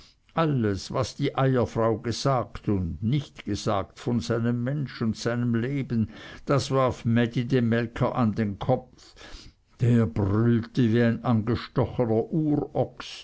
alles was die eierfrau gesagt und nicht gesagt von seinem mensch und seinem leben das warf mädi dem melker an den kopf der brüllte wie ein